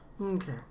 Okay